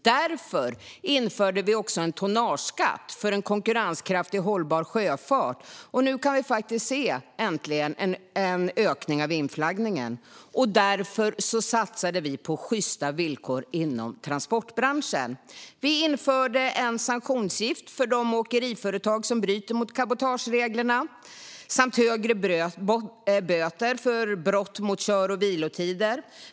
Därför införde vi en tonnageskatt för en konkurrenskraftig och hållbar sjöfart, och nu kan vi äntligen se en ökning av inflaggningen. Därför satsade vi på sjysta villkor inom transportbranschen. Vi införde en sanktionsavgift för de åkeriföretag som bryter mot cabotagereglerna samt högre böter för brott mot kör och vilotider.